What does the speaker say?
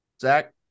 Zach